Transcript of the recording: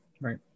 Right